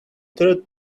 third